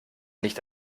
nicht